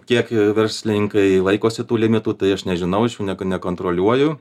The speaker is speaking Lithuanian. kiek verslininkai laikosi tų limitų tai aš nežinau ne k nekontroliuoju